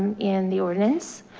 in the ordinance